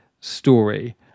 story